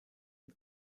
ihn